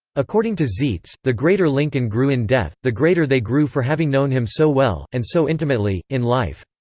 according to zeitz, the greater lincoln grew in death, the greater they grew for having known him so well, and so intimately, in life.